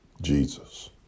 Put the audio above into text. Jesus